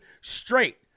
straight